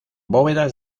bóvedas